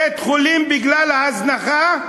בית-החולים, בגלל ההזנחה,